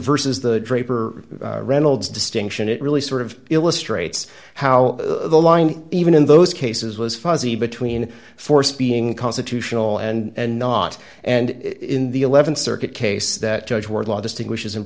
versus the draper reynolds distinction it really sort of illustrates how the line even in those cases was fuzzy between force being constitutional and not and in the th circuit case that judge wardlaw distinguishes and